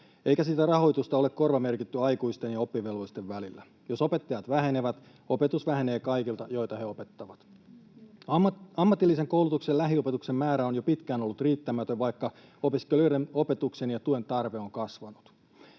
eikä sitä rahoitusta ole korvamerkitty aikuisten ja oppivelvollisten välillä. Jos opettajat vähenevät, opetus vähenee kaikilta, joita he opettavat. Ammatillisen koulutuksen lähiopetuksen määrä on jo pitkään ollut riittämätön, vaikka opiskelijoiden opetuksen ja tuen tarve on kasvanut.